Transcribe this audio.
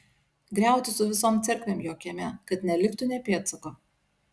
griauti su visom cerkvėm jo kieme kad neliktų nė pėdsako